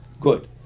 Good